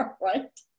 right